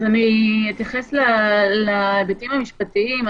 אתייחס להיבטים המשפטיים.